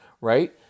right